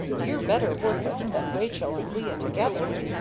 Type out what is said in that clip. you're better worth it than rachael and leah together.